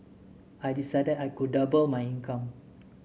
I decided I could double my income